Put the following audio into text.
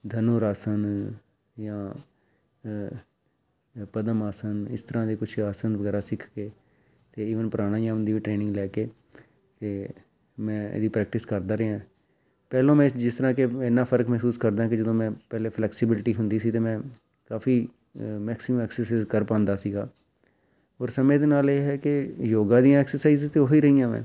ਧਨੂਰ ਆਸਨ ਜਾਂ ਪਦਮ ਆਸਨ ਇਸ ਤਰ੍ਹਾਂ ਦੇ ਕੁਛ ਆਸਨ ਵਗੈਰਾ ਸਿੱਖ ਕੇ ਅਤੇ ਈਵਨ ਪ੍ਰਣਾਯਾਮ ਦੀ ਵੀ ਟ੍ਰੇਨਿੰਗ ਲੈ ਕੇ ਅਤੇ ਮੈਂ ਇਹਦੀ ਪ੍ਰੈਕਟਿਸ ਕਰਦਾ ਰਿਹਾ ਪਹਿਲਾਂ ਮੈਂ ਇਸ ਜਿਸ ਤਰ੍ਹਾਂ ਕਿ ਇੰਨਾ ਫ਼ਰਕ ਮਹਿਸੂਸ ਕਰਦਾ ਕਿ ਜਦੋਂ ਮੈਂ ਪਹਿਲੇ ਫਲੈਕਸੀਬਿਲਟੀ ਹੁੰਦੀ ਸੀ ਤਾਂ ਮੈਂ ਕਾਫੀ ਅ ਮੈਕਸੀਮ ਐਕਸਰਸਿਸ ਕਰ ਪਾਉਂਦਾ ਸੀਗਾ ਔਰ ਸਮੇਂ ਦੇ ਨਾਲ ਇਹ ਹੈ ਕਿ ਯੋਗਾ ਦੀਆਂ ਐਕਸਰਸਾਈਜ਼ ਅਤੇ ਉਹੀ ਰਹੀਆਂ ਵਾ